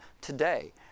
today